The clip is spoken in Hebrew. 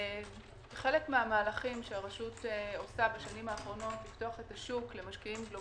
חלק מהמהלכים שהרשות עושה בשנים האחרונות לפתוח את השוק למשקיעים זרים